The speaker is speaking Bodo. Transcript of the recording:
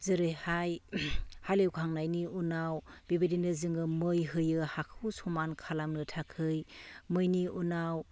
जेरैहाय हालेवखांनायनि उनाव बेबायदिनो जोङो मै होयो हाखौ समान खालामनो थाखाय मैनि उनाव